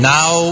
Now